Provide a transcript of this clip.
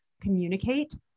communicate